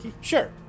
Sure